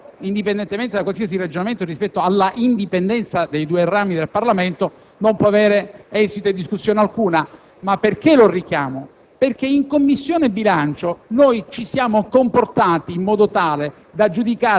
Ciò, indipendentemente da qualsiasi ragionamento rispetto all'indipendenza dei due rami del Parlamento, non può avere esito e discussione alcuna. Lo richiamo, tuttavia, perché in Commissione bilancio ci siamo comportati in maniera tale